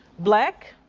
black,